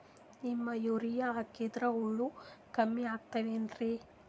Neem urea ಹಾಕದ್ರ ಹುಳ ಕಮ್ಮಿ ಆಗತಾವೇನರಿ?